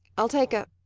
i'll take a